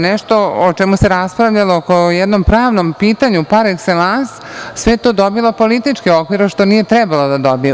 Nešto o čemu se raspravljalo po jednom pravnom pitanju, parekselans, sve je to dobilo politički okvir, što nije trebalo da dobije.